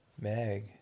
Meg